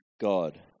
God